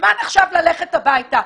מוזמן עכשיו ללכת הביתה.